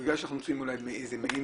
בגלל שאנחנו נמצאים במעין סיכום,